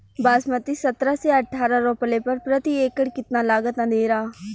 बासमती सत्रह से अठारह रोपले पर प्रति एकड़ कितना लागत अंधेरा?